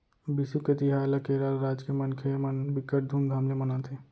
बिसु के तिहार ल केरल राज के मनखे मन बिकट धुमधाम ले मनाथे